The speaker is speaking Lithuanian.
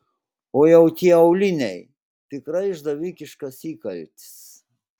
o jau tie auliniai tikrai išdavikiškas įkaltis